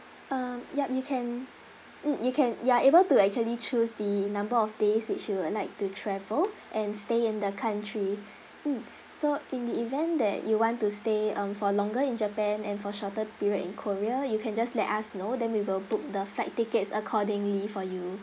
um yup you can mm you can you are able to actually choose the number of days which you would like to travel and stay in the country mm so in the event that you want to stay um for longer in japan and for shorter period in korea you can just let us know then we will book the flight tickets accordingly for you